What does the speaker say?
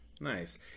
nice